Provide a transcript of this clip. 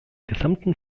gesamten